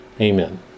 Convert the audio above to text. Amen